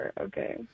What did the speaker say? okay